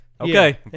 Okay